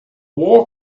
war